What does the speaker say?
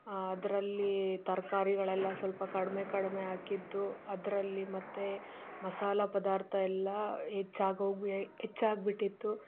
ಅದರಲ್ಲಿ ತರಕಾರಿಗಳೆಲ್ಲ ಸ್ವಲ್ಪ ಕಡಿಮೆ ಕಡಿಮೆ ಹಾಕಿದ್ದು ಅದರಲ್ಲಿ ಮತ್ತೆ ಮಸಾಲೆ ಪದಾರ್ಥ ಎಲ್ಲ ಹೆಚ್ಚಾಗಿ ಹೋಗಿ ಹೆಚ್ಚಾಗ್ಬಿಟ್ಟಿತ್ತು